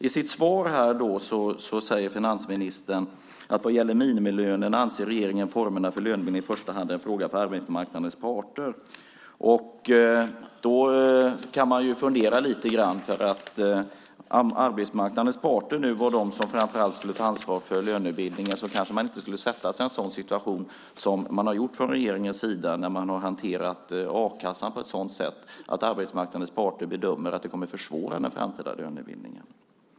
I sitt svar säger finansministern att när det gäller minimilönerna anser regeringen att formerna för lönebildningen i första hand är en fråga för arbetsmarknadens parter. Om nu arbetsmarknadens parter är de som framför allt skulle ta ansvar för lönebildningen kanske man inte skulle sätta sig i en sådan situation som man har gjort från regeringens sida. Man har hanterat a-kassa på ett sådant sätt att arbetsmarknadens parter bedömer att det kommer att försvåra den framtida lönebildningen.